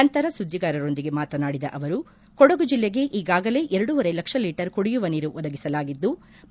ನಂತರ ಸುಧಿಗಾರರೊಂದಿಗೆ ಮಾತನಾಡಿದ ಅವರು ಕೊಡಗು ಜಿಲ್ಲೆಗೆ ಈಗಾಗಲೇ ಎರಡೂವರೆ ಲಕ್ಷ ಲೀಟರ್ ಕುಡಿಯುವ ನೀರು ಒದಗಿಸಲಾಗಿದ್ಲು